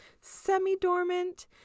semi-dormant